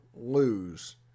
lose